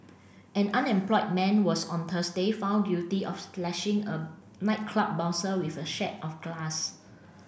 an unemployed man was on Thursday found guilty of slashing a nightclub bouncer with a of glass